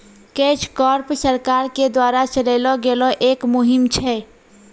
catch corp सरकार के द्वारा चलैलो गेलो एक मुहिम छै